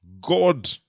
God